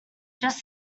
just